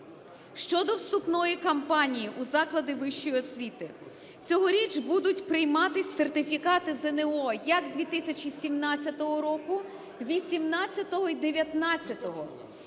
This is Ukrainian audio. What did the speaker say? Щодо вступної кампанії у заклади вищої освіти. Цьогоріч будуть прийматися сертифікати ЗНО як 2017 року, 2018-го і 2019-го.